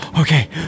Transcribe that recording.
Okay